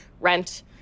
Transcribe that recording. rent